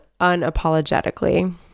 unapologetically